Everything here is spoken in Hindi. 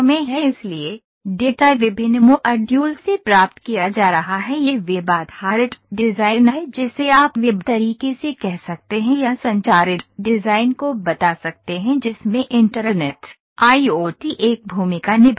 इसलिए डेटा विभिन्न मॉड्यूल से प्राप्त किया जा रहा है यह वेब आधारित डिज़ाइन है जिसे आप वेब तरीके से कह सकते हैं या संचारित डिज़ाइन को बता सकते हैं जिसमें इंटरनेट आईओटी एक भूमिका निभा रहा है